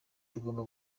tugomba